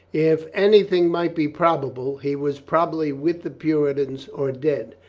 if anything might be prob able, he was probably with the puritans or dead.